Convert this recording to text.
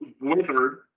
wizard